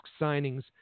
signings